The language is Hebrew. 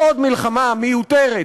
לעוד מלחמה מיותרת,